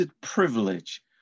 privilege